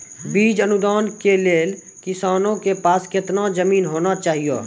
बीज अनुदान के लेल किसानों के पास केतना जमीन होना चहियों?